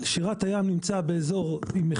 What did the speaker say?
שירת הים נמצא באזור עם מחיר מסוים.